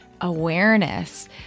awareness